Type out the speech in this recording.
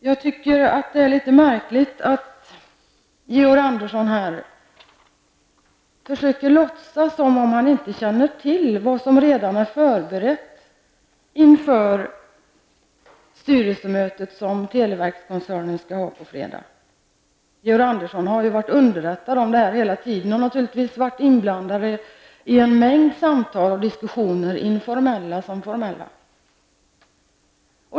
Jag tycker att det är litet märkligt att Georg Andersson här försöker låtsas som om han inte känner till vad som redan har förberetts inför det styrelsemöte som televerket skall ha på fredagen. Han har ju varit underrättad hela tiden och naturligtvis varit inblandad i en mängd samtal och diskussioner, informella som formella.